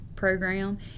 program